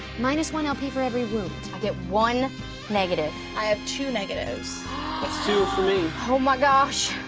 minus one lp for every wound. i get one negative. i have two negatives. that's two for me. oh my gosh.